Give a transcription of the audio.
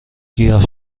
گیاه